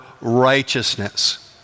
righteousness